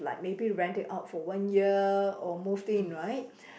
but maybe rent it out for one year or moved in right